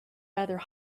rather